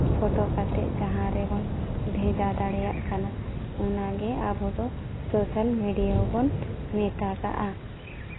photo ᱠᱟᱛᱮᱫ ᱡᱟᱦᱟᱸ ᱨᱮᱵᱚᱱ ᱵᱷᱮᱡᱟ ᱫᱟᱲᱮᱭᱟᱜ ᱠᱟᱱᱟ ᱚᱱᱟᱜᱮ ᱟᱵᱚᱫᱚ ᱥᱳᱥᱟᱞ ᱢᱤᱰᱤᱭᱟ ᱵᱚᱱ ᱢᱮᱛᱟᱜᱟᱜᱼᱟ